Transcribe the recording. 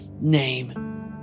name